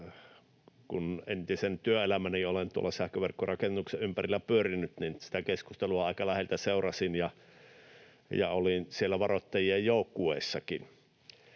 Kun entisen työelämäni olen sähköverkkorakennuksen ympärillä pyörinyt, niin sitä keskustelua aika läheltä seurasin ja olin siellä varoittajien joukkueessakin.